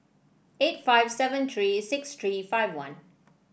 eight five seven three six three five one